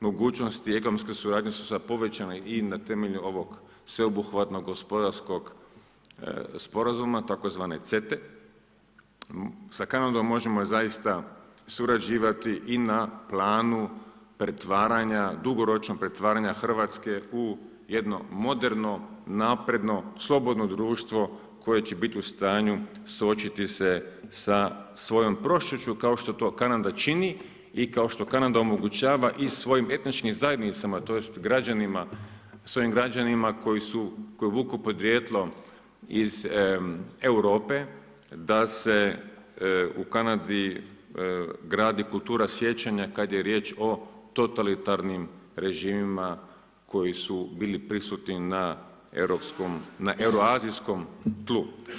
Mogućnosti i ekonomske suradnje su sad povećane i na temelju ovog sveobuhvatnog, gospodarskog sporazuma, tzv. CETA-e, sa Kanadom možemo zaista surađivati i na planu pretvaranja, dugoročno pretvaranja Hrvatske u jedno moderno napredno slobodno društvo koje će biti u stanju suočiti se sa svojom prošlošću kao što Kanada čini i kao što Kanada omogućava i svojim etičnim zajednicama, tj. građanima, svojim građanima koje vuku podrijetlo iz Europe da se u Kanadi gradi kultura sjećanja kad je riječ o totalitarnim režimima koji su bili prisutni na europskom, na euroazijskom tlu.